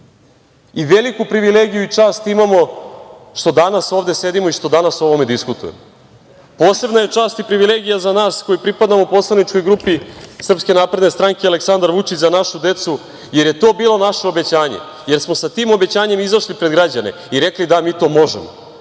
Veliku privilegiju i čast imamo što danas ovde sedimo i što danas o ovome diskutujemo. Posebna je čast i privilegija za nas koji pripadamo poslaničkoj grupi SNS Aleksandar Vučić – Za našu decu, jer je to bilo naše obećanje, jer smo sa tim obećanjem izašli pred građane i rekli, da mi to možemo